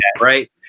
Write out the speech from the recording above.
right